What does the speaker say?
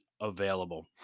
available